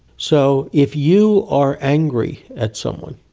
so if you are angry at someone,